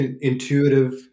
intuitive